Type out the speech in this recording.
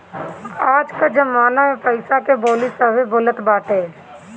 आज कअ जमाना में पईसा के बोली सभे बोलत बाटे